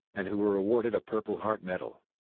and who were awarded a purple heart medal.